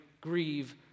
grieve